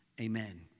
amen